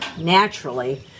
naturally